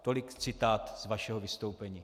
Tolik citát z vašeho vystoupení.